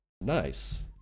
Nice